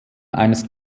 eines